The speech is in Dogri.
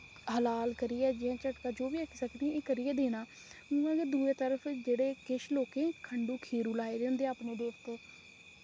हलाल करियै जि'यां झटका जो बी आक्खी सकदे एह् करियै देना मगर दुए तरफ जेह्ड़े किश लोकें खंडु खीरु लाए दे होंदे अपने देवते